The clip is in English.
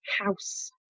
house